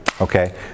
okay